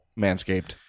manscaped